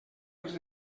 els